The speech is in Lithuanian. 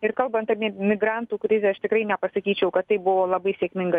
ir kalbant apie migrantų krizę aš tikrai nepasakyčiau kad tai buvo labai sėkminga